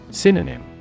Synonym